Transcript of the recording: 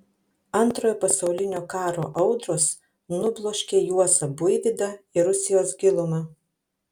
antrojo pasaulinio karo audros nubloškė juozą buivydą į rusijos gilumą